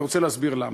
ואני רוצה להסביר למה.